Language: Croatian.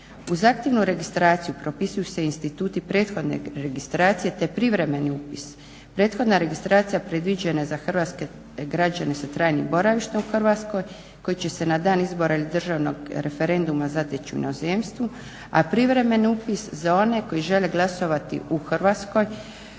Uz aktivnu registraciju propisuju se instituti prethodne registracije te privremeni upis. Prethodna registracija predviđena je za hrvatske građane sa trajnim boravištem u Hrvatskoj koji će se na dan izbora ili državnog referenduma zateći u inozemstvu, a privremeni upis za one koji žele glasovati u Hrvatskoj